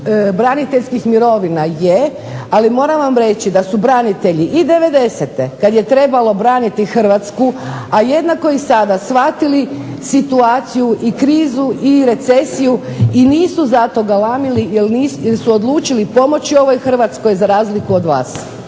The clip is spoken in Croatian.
braniteljskih mirovina je, ali moram vam reći da su branitelji i '90.-te kada je trebalo braniti Hrvatsku, a jednako i sada shvatili i krizu i recesiju i nisu zato galamili jer su odlučili pomoći ovoj Hrvatskoj za razliku od vas.